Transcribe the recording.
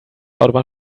autobahn